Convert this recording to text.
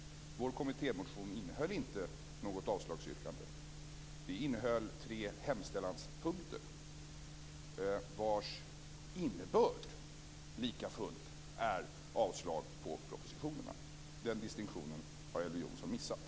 Vår kommittémotion innehöll inte något avslagsyrkande. Den innehöll tre hemställanspunkter vilkas innebörd lika fullt var yrkande om avslag på propositionerna. Den distinktionen har Elver Jonsson missat.